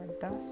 Dust